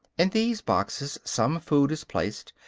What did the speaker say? in these boxes, some food is placed,